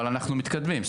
ואנחנו גם מתקדמים.